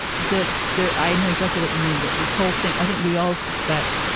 that there i know exactly what you mean. that this whole thing. i think we all suspect,